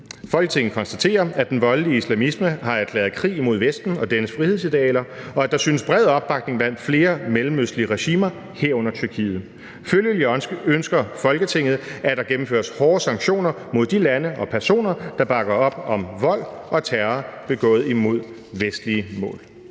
»Folketinget konstaterer, at den voldelige islamisme har erklæret krig imod Vesten og dennes frihedsidealer, og at der synes bred opbakning blandt flere mellemøstlige regimer – herunder Tyrkiet. Følgelig ønsker Folketinget, at der gennemføres hårde sanktioner mod de lande og personer, der bakker op om vold og terror begået mod vestlige mål«.